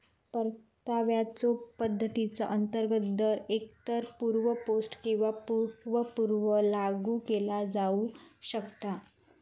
परताव्याच्यो पद्धतीचा अंतर्गत दर एकतर पूर्व पोस्ट किंवा पूर्व पूर्व लागू केला जाऊ शकता